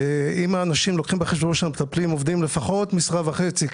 לוקחים בחשבון שהמטפלים עובדים לפחות משרה וחצי,